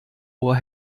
ohr